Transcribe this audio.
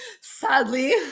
Sadly